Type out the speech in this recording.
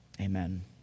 Amen